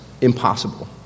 Impossible